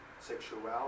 sexuality